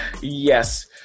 Yes